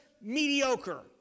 mediocre